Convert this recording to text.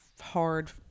hard